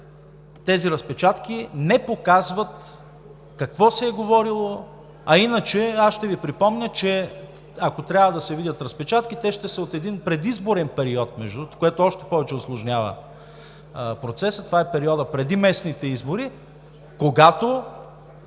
тези разпечатки не показват какво се е говорело. А иначе, аз ще Ви припомня, че ако трябва да се видят разпечатките, те ще са от един предизборен период, между другото, което още повече усложнява процеса – това е периодът преди местните избори, когато